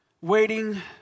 waiting